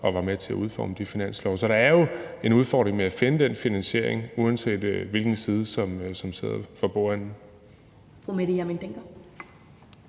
og var med til at udforme de finanslove. Så der er jo en udfordring med at finde den finansiering, uanset hvilken side der sidder for bordenden.